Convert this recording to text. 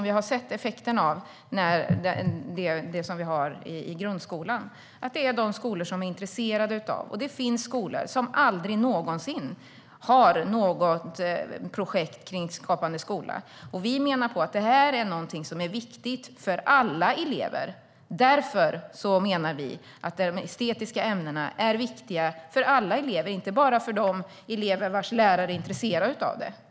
Vi har tyvärr sett den effekten; det är de grundskolor som är intresserade som söker. Det finns skolor som aldrig någonsin har något projekt med anknytning till Skapande skola. Vi menar att det här är viktigt för alla elever. De estetiska ämnena är viktiga för alla, inte bara för de elever vars lärare är intresserade av det.